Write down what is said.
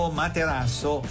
materasso